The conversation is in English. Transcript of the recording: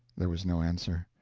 there was no answer.